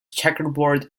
checkerboard